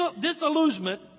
disillusionment